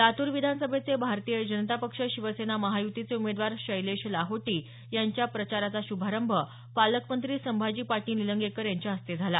लातूर विधानसभेचे भारतीय जनता पक्ष शिवसेना महायुतीचे उमेदवार शैलेश लाहोटी यांच्या प्रचाराचा श्भारंभ पालकमंत्री संभाजी पाटील निलंगेकर यांच्या हस्ते झाला